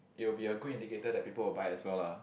it will be a good indicator that people will buy as well lah